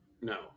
No